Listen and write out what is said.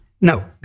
No